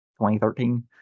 2013